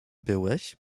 byłeś